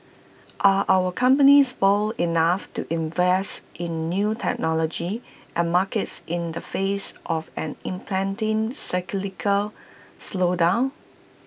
are our companies bold enough to invest in new technology and markets in the face of an impending cyclical slowdown